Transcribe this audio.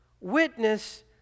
witness